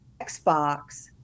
Xbox